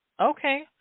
okay